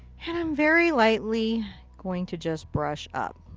and i'm very lightly going to just brush up.